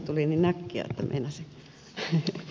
tuli niin äkkiä että meinasi